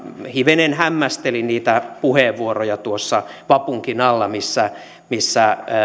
hivenen hämmästelin niitä puheenvuoroja tuossa vapunkin alla missä missä